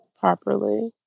properly